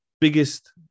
Biggest